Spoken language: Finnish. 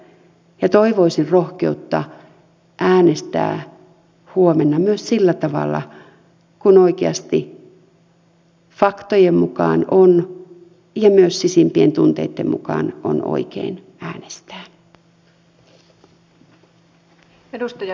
ja toivoisin rohkeutta äänestää huomenna myös sillä tavalla kuin oikeasti faktojen mukaan ja myös sisimpien tunteitten mukaan on oikein äänestää